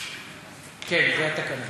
כן, זה התקנון.